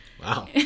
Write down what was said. Wow